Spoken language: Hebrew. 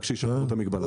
רק שישחררו את המגבלה.